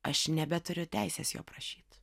aš nebeturiu teisės jo prašyt